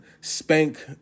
spank